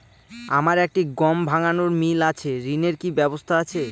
আমার একটি গম ভাঙানোর মিল আছে ঋণের কি ব্যবস্থা আছে?